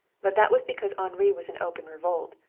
but that was because henri was in open revolt,